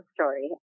story